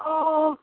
ओहो